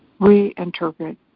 reinterpret